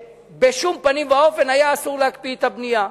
היא שהיה אסור בשום פנים ואופן להקפיא את הבנייה.